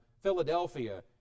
Philadelphia